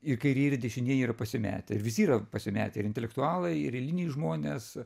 ir kairieji ir dešinieji yra pasimetęir visi yra pasimetę ir intelektualai ir eiliniai žmonės